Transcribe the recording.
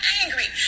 angry